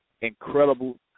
incredible